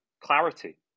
clarity